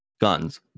guns